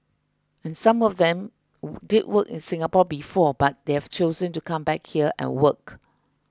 and some of them did work in Singapore before but they've chosen to come back here and work